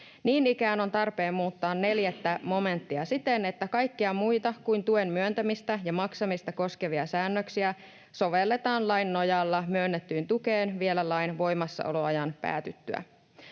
Niin ikään on tarpeen muuttaa 4 momenttia siten, että kaikkia muita kuin tuen myöntämistä ja maksamista koskevia säännöksiä sovelletaan lain nojalla myönnettyyn tukeen vielä lain voimassaoloajan päätyttyä.